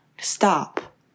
Stop